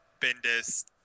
Bendis